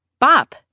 Bop